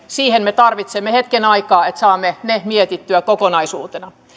siihen me tarvitsemme hetken aikaa että saamme nämä jakoperusteet mietittyä kokonaisuutena